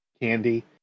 candy